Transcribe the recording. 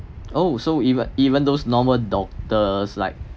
oh so even even those normal doctors like